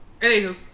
Anywho